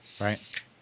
Right